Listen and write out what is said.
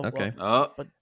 okay